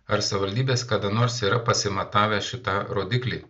ar savivaldybės kada nors yra pasimatavę šitą rodiklį